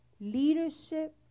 Leadership